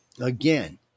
again